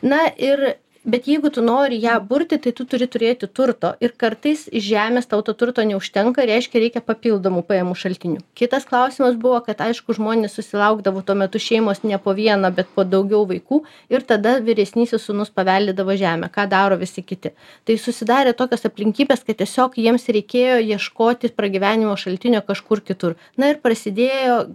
na ir bet jeigu tu nori ją burti tai tu turi turėti turto ir kartais žemės tau to turto neužtenka reiškia reikia papildomų pajamų šaltinių kitas klausimas buvo kad aišku žmonės susilaukdavo tuo metu šeimos ne po vieną bet po daugiau vaikų ir tada vyresnysis sūnus paveldėdavo žemę ką daro visi kiti tai susidarė tokios aplinkybės kad tiesiog jiems reikėjo ieškoti pragyvenimo šaltinio kažkur kitur na ir prasidėjo